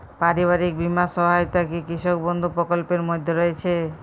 পারিবারিক বীমা সহায়তা কি কৃষক বন্ধু প্রকল্পের মধ্যে রয়েছে?